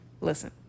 listen